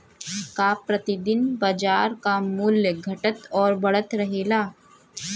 का प्रति दिन बाजार क मूल्य घटत और बढ़त रहेला?